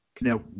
now